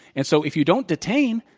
and so if you don't detain,